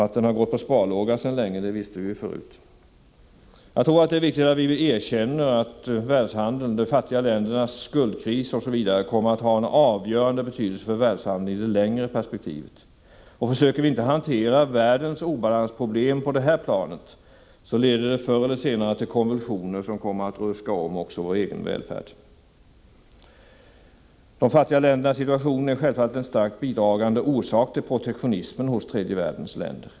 Att den har gått på sparlåga sedan länge visste vi förut. Det är viktigt att vi erkänner att de fattiga ländernas skuldkris kommer att ha en avgörande betydelse för världshandeln i det längre perspektivet. Försöker vi inte hantera världens obalansproblem på detta plan, leder det förr eller senare till konvulsioner, som kommer att ruska om också vår egen välfärd. De fattiga ländernas situation är självfallet en starkt bidragande orsak till protektionismen hos tredje världens länder.